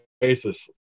basis